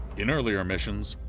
in earlier missions,